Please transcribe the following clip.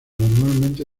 normalmente